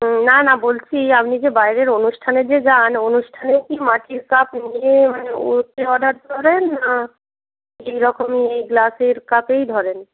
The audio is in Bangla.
হুম না না বলছি আপনি যে বাইরের অনুষ্ঠানে যে যান অনুষ্ঠানেও কি মাটির কাপ নিয়ে মানে অর্ডার করেন না এই রকমই গ্লাসের কাপেই ধরেন